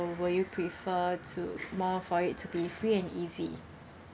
will you prefer to more for it to be free and easy